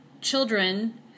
children